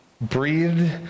breathed